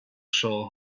sure